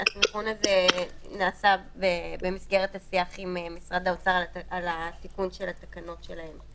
הסנכרון הזה נעשה במסגרת השיח עם משרד האוצר על התיקון של התקנות שלהם.